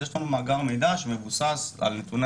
אז יש לנו מאגר מידע שמבוסס על נתוני